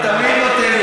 הוא תמיד נותן לי אנרגיות.